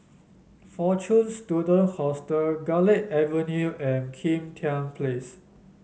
Fortune Student Hostel Garlick Avenue and Kim Tian Place